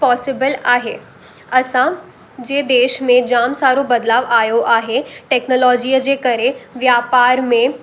possible आहे असां जे देश में जामु सारो बदिलाउ आयो आहे टेक्नोलॉजीअ जे करे व्यापार में